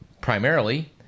primarily